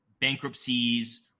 bankruptcies